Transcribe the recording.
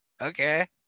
Okay